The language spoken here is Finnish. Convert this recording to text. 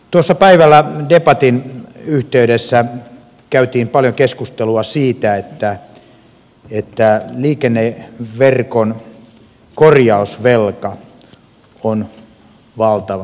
tuossa päivällä debatin yhteydessä käytiin paljon keskustelua siitä että liikenneverkon korjausvelka on valtava